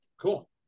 Cool